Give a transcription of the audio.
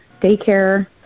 daycare